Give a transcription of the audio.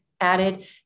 added